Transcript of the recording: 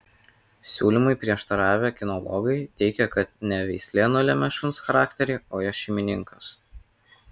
siūlymui prieštaravę kinologai teigia kad ne veislė nulemia šuns charakterį o jo šeimininkas